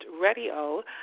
Radio